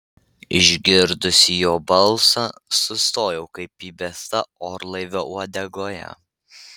išgirdusi jo balsą sustojau kaip įbesta orlaivio uodegoje